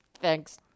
Thanks